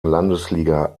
landesliga